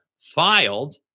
filed